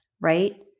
right